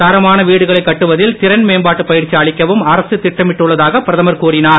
தரமான வீடுகளை கட்டுவதில் திறன்மேம்பாட்டு பயிற்சி அளிக்கவும் அரசு திட்டமிட்டுள்ளதாக பிரதமர் கூறினார்